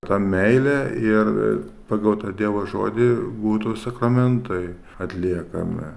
tą meilę ir a pagal dievo žodį būtų sakramentai atliekami